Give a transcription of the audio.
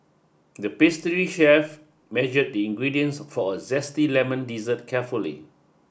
the pastry chef measure the ingredients for a zesty lemon dessert carefully